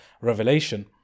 Revelation